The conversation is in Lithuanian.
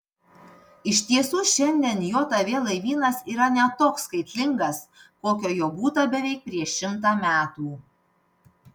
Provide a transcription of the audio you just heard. iš tiesų šiandien jav laivynas yra ne toks skaitlingas kokio jo būta beveik prieš šimtą metų